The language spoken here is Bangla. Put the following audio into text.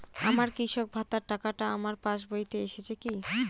আমার কৃষক ভাতার টাকাটা আমার পাসবইতে এসেছে কি?